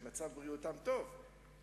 אתה יודע בדיוק איך עבדתי, איך עשיתי את